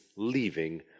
leaving